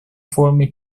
форуме